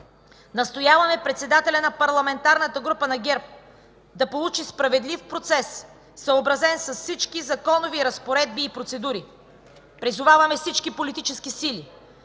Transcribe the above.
Настояваме председателят на Парламентарната група на ГЕРБ да получи справедлив процес, съобразен с всички законови разпоредби и процедури! Призоваваме всички политически сили,